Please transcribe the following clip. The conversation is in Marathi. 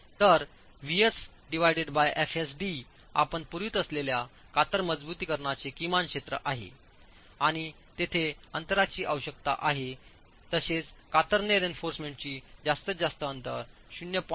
तरVsfsd आपण पुरवित असलेल्या कातर मजबुतीकरणाचे किमान क्षेत्र आहे आणि तेथे अंतराची आवश्यकता आहे तसेच कतरणे रीइन्फोर्समेंट चे जास्तीत जास्त अंतर 0